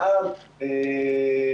ושזה לא נתן מענה לעסקים.